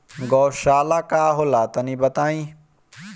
गौवशाला का होला तनी बताई?